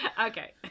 okay